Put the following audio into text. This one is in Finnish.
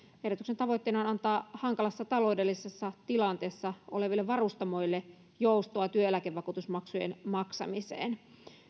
ehdotuksen tavoitteena on antaa hankalassa taloudellisessa tilanteessa oleville varustamoille joustoa työeläkevakuutusmaksujen maksamiseen